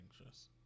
anxious